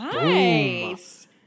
Nice